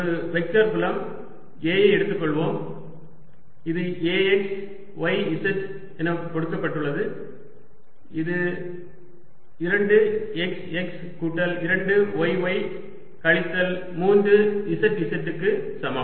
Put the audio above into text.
ஒரு வெக்டர் புலம் A ஐ எடுத்துக்கொள்வோம் இது A x y z என கொடுக்கபட்டுள்ளது இது 2 xx கூட்டல் 2 yy கழித்தல் 3 zz க்கு சமம்